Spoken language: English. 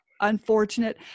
unfortunate